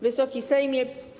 Wysoki Sejmie!